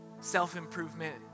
self-improvement